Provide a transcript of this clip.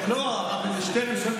אז גם לזה יש.